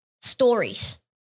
stories